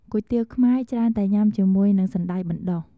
គុយទាវខ្មែរ ច្រើនតែញ៉ាំជាមួយនឹងសណ្តែកបណ្តុះ។